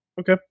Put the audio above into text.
Okay